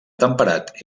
temperat